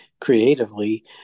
creatively